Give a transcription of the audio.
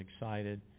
excited